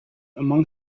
among